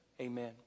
amen